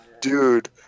Dude